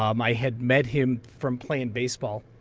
um i had met him from playing baseball.